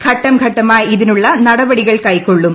ഘട്ടം ഘട്ടമായി ഇതിനുള്ള നടപടികൾ കൈക്കൊള്ളും